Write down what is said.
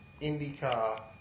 IndyCar